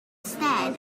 stared